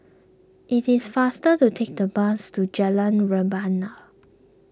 it is faster to take the bus to Jalan Rebana